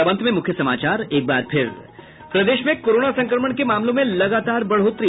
और अब अंत में मुख्य समाचार प्रदेश में कोरोना संक्रमण के मामलों में लगातार बढ़ोतरी